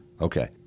Okay